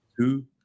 Two